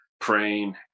praying